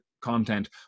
content